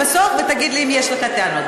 ובסוף תגיד לי אם יש לך טענות,